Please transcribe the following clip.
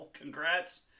congrats